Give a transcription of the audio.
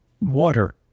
water